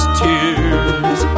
tears